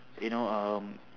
you know um